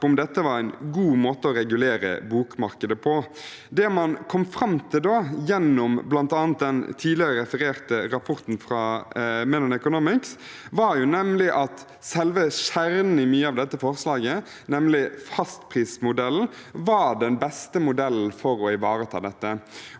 dette var en god måte å regulere bokmarkedet på. Det man kom fram til da, gjennom bl.a. den tidligere refererte rapporten fra Menon Economics, var nemlig at selve kjernen i mye av dette forslaget, nemlig fastprismodellen, var den beste modellen for å ivareta dette.